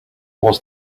was